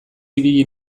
ibili